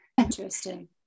interesting